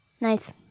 Nice